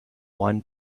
one